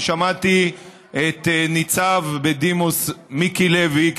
ושמעתי את ניצב בדימוס מיקי לוי,